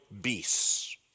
beasts